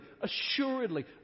assuredly